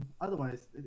Otherwise